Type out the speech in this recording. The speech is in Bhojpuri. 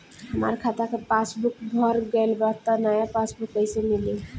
हमार खाता के पासबूक भर गएल बा त नया पासबूक कइसे मिली?